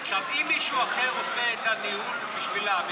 אם מישהו אחר עושה את הניהול בשבילם,